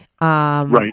right